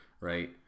right